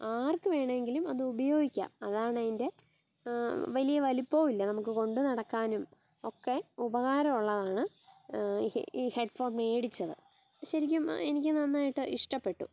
ആർക്ക് വേണമെങ്കിലും അത് ഉപയോഗിക്കാം അതാണ് അതിൻ്റെ വലിയ വലിപ്പമോ ഇല്ല നമുക്ക് കൊണ്ട് നടക്കാനും ഒക്കെ ഉപകാരമുള്ളതാണ് ഈ ഹെഡ്ഫോൺ മേടിച്ചത് ശരിക്കും എനിക്ക് നന്നായിട്ട് ഇഷ്ടപ്പെട്ടു